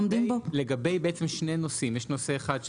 לגבי שני נושאים יש נושא אחד,